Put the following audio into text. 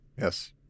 Yes